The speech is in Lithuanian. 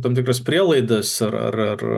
tam tikras prielaidas ar ar ar